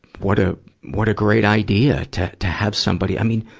what ah what a great idea to to have somebody i mean,